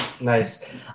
nice